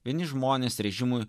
vieni žmonės režimui